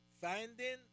finding